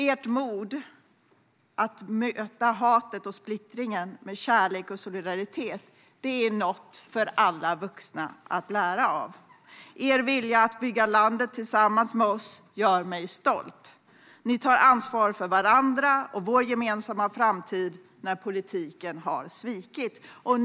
Ert mod att möta hatet och splittringen med kärlek och solidaritet är något för alla vuxna att lära av. Er vilja att bygga landet tillsammans med oss gör mig stolt. Ni tar ansvar för varandra och för vår gemensamma framtid när politiken har svikit.